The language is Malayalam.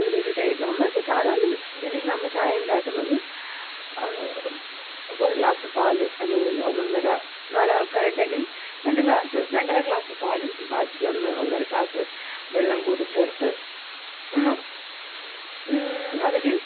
അതിലൊരു ടൈപ്പ് നമ്മളൊക്കെ സാധാരണ രീതിയിൽ നമ്മൾ ചായ ഉണ്ടാക്കുന്നത് ഒരു ഗ്ലാസ് പാൽ അല്ലെങ്കിൽ ഒന്നൊന്നൊര നാലാൾക്കാരുണ്ടെങ്കിൽ രണ്ട് ഗ്ലാസ് രണ്ടര ഗ്ലാസ് പാലും ബാക്കി ഒന്ന് ഒന്നര ഗ്ലാസ് വെള്ളം കൂടി ചേർത്ത് അതിൽ